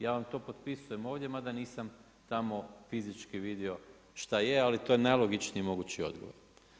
Ja vam to potpisujem ovdje, ma da nisam tamo fizički vidio što je ali to je najlogičniji mogući odgovor.